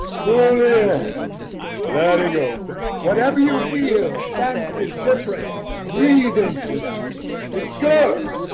fuli larry go whatever you feel. sam's is different breathe into that it's good.